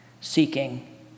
seeking